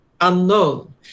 unknown